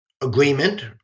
Agreement